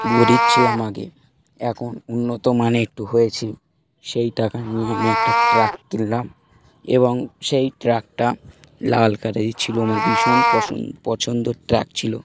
গড়ির ছিলাম আগে এখন উন্নত মানে একটু হয়েছে সেই টাকা নিয়ে আমি একটা ট্রাক কিনলাম এবং সেই ট্রাকটা লাল কারই ছিল আমার ভীষণ পন্ পছন্দ ট্রাক ছিল